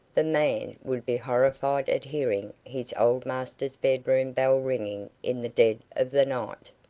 the man would be horrified at hearing his old master's bedroom bell ringing in the dead of the night.